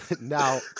now